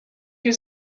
ist